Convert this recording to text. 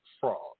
fraud